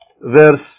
verse